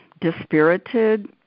dispirited